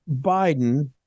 Biden